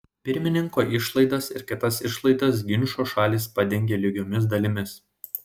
pirmininko išlaidas ir kitas išlaidas ginčo šalys padengia lygiomis dalimis